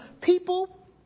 People